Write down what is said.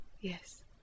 Yes